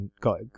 got